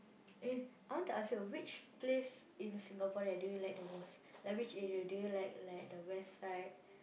eh I want to ask you which place in Singapore that do you like the most like which area do you like like the West side